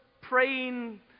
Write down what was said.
praying